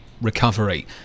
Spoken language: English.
recovery